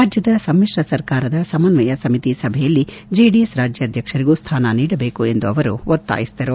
ರಾಜ್ಯದ ಸಮಿಶ್ರ ಸರ್ಕಾರದ ಸಮನ್ವಯ ಸಮಿತಿ ಸಭೆಯಲ್ಲಿ ಜೆಡಿಎಸ್ ರಾಜ್ಯಾಧ್ಯಕ್ಷರಿಗೂ ಸ್ಯಾನ ನೀಡಬೇಕು ಎಂದು ಅವರು ಒತ್ತಾಯಿಸಿದರು